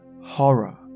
horror